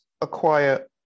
acquire